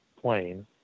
plane